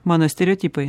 mano stereotipai